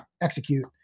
execute